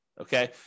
Okay